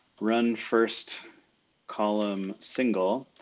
run first column single.